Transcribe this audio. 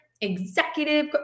executive